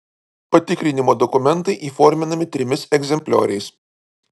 patikrinimo dokumentai įforminami trimis egzemplioriais